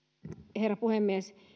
herra puhemies